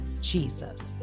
Jesus